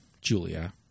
Julia